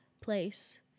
place